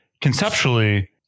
conceptually